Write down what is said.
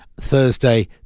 Thursday